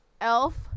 Elf